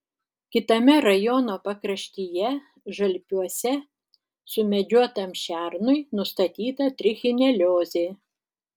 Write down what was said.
kitame rajono pakraštyje žalpiuose sumedžiotam šernui nustatyta trichineliozė